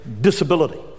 disability